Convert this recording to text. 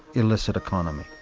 illicit economy.